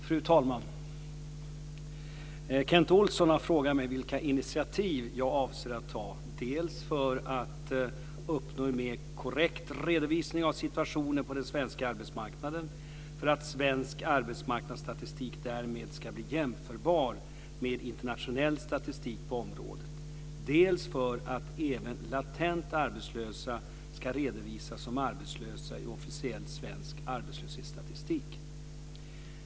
Fru talman! Kent Olsson har frågat mig vilka initiativ jag avser att ta dels för att uppnå en mer korrekt redovisning av situationen på den svenska arbetsmarknaden för att svensk arbetsmarknadsstatistik därmed ska bli jämförbar med internationell statistik på området, dels för att även latent arbetslösa ska redovisas som arbetslösa i officiell svensk arbetslöshetsstatistik.